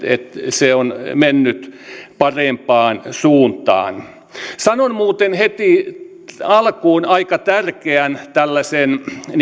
se on mennyt parempaan suuntaan sanon muuten heti alkuun aika tärkeän tällaisen